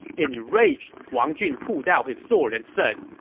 enraged, wang jun pulled out his sword and said,